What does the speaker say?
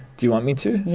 do you want me to? yes.